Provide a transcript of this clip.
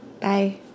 Bye